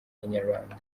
inyarwanda